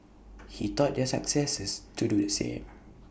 he taught their successors to do the same